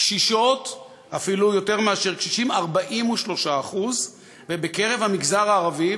קשישות אפילו יותר מאשר קשישים 43%. בקרב המגזר הערבי,